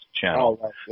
channel